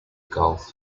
golf